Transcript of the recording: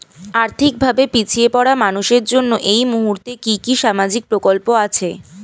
আর্থিক ভাবে পিছিয়ে পড়া মানুষের জন্য এই মুহূর্তে কি কি সামাজিক প্রকল্প আছে?